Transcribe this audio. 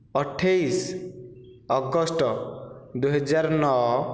ଅଠେଇଶି ଅଗଷ୍ଟ ଦୁଇ ହଜାର ନଅ